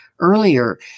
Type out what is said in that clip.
earlier